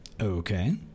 Okay